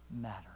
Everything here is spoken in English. matter